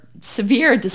severe